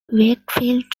wakefield